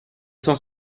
cent